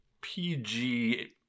PG